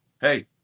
Hey